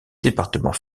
département